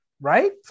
Right